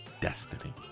destiny